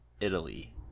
Italy